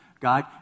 god